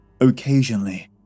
Occasionally